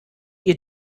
ihr